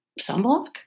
sunblock